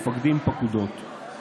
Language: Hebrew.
מפקדים פקודות.